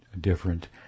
different